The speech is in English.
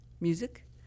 music